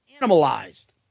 Animalized